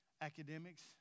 Academics